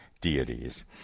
deities